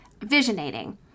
visionating